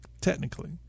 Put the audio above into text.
technically